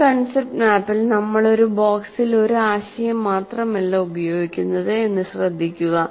ഈ കൺസെപ്റ്റ് മാപ്പിൽ നമ്മൾ ഒരു ബോക്സിൽ ഒരു ആശയം മാത്രമല്ല ഉപയോഗിക്കുന്നത് എന്ന് ശ്രദ്ധിക്കുക